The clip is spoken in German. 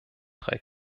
drei